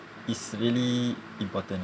is really important lah